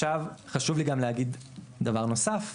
חשוב לי גם להגיד דבר נוסף